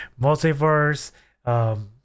multiverse